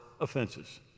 offenses